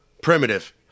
Primitive